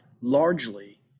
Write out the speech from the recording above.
largely